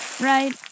Right